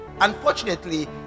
unfortunately